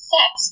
Sex